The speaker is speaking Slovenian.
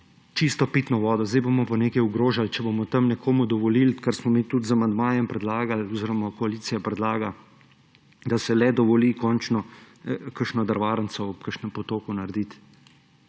čisto pitno vodo, sedaj bomo pa nekaj ogrožali, če bomo tam nekomu dovolili, kar smo mi tudi z amandmajem predlagali oziroma koalicija predlaga, da se le dovoli končno kakšno drvarnico ob kakšnem potoku narediti.